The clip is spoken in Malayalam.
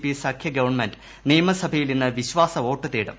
പി സഖ്യ ഗവൺമെന്റ് നിയമസഭയിൽ ഇന്ന് വിശ്വാസ വോട്ട് തേടും